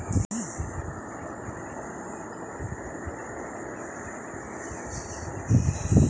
প্রধানমন্ত্রী বিমা যোজনা ব্যাংক থেকে করা যায় কি?